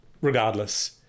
regardless